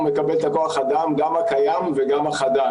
מקבל את כוח האדם גם הקיים וגם החדש,